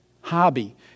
hobby